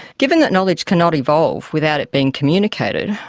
given that knowledge cannot evolve without it being communicated,